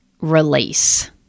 release